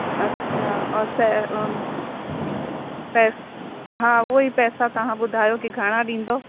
अच्छा और सै जी पैसा हा उओ ई पैसा तव्हां ॿुधायो कि घणा ॾींदव